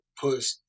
push